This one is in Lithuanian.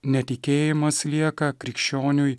netikėjimas lieka krikščioniui